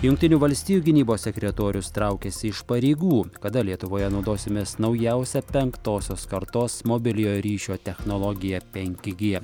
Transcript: jungtinių valstijų gynybos sekretorius traukiasi iš pareigų kada lietuvoje naudosimės naujausia penktosios kartos mobiliojo ryšio technologija penki gie